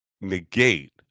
negate